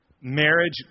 marriage